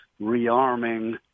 rearming